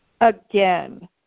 Again